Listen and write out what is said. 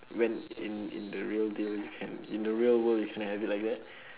when in in the real deal you can~ in the real world you cannot have it like that